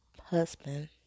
husband